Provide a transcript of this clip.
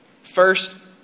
First